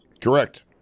Correct